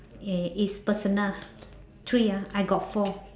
yeah is personal three ah I got four